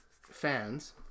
fans